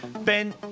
Ben